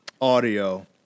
audio